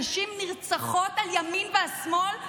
נשים נרצחות על ימין ועל שמאל,